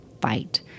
fight